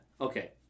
Okay